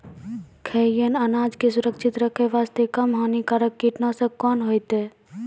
खैहियन अनाज के सुरक्षित रखे बास्ते, कम हानिकर कीटनासक कोंन होइतै?